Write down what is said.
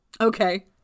Okay